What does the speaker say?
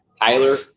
Tyler